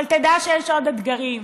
אבל תדע שיש עוד אתגרים.